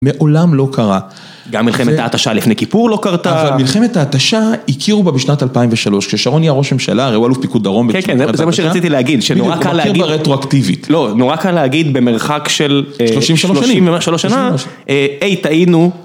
מעולם לא קרה, גם מלחמת ההתשה לפני כיפור לא קרתה, אבל מלחמת ההתשה הכירו בה בשנת 2003 כששרון היה ראש הממשלה הרי הוא אלוף פיקוד דרום כן כן זה מה שרציתי להגיד שנורא קל להגיד, הוא מכיר ברטרואקטיבית, לא נורא קל להגיד במרחק של 33 שנה היי טעינו